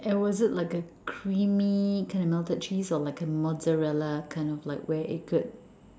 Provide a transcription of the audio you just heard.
and was it like a creamy kind of melted cheese or like a mozzarella kind of like where it could